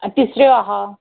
तिसऱ्यो आहा